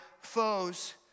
foes